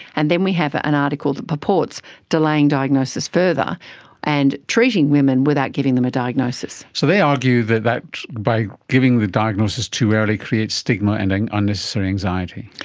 and then we have ah an article that purports delaying diagnosis further and treating women without giving them a diagnosis. so they argue that that by giving the diagnosis too early it creates stigma and and unnecessary anxiety.